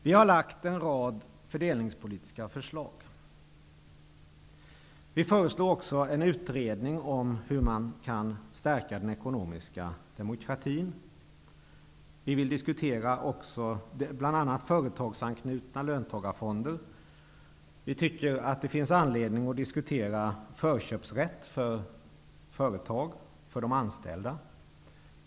Vi har lagt fram en rad fördelningspolitiska förslag. Vi föreslår också en utredning om hur man kan stärka den ekonomiska demokratin. Vi vill även diskutera bl.a. företagsanknutna löntagarfonder. Vi anser att det finns anledning att diskutera förköpsrätt till företag för anställda.